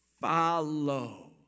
follow